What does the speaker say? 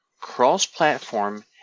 cross-platform